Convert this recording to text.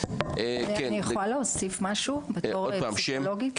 אני יכולה להוסיף משהו, בתור פסיכולוגית?